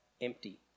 empty